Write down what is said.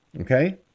Okay